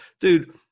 dude